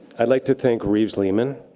i'd like to thank reeves lehmann,